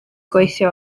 gweithio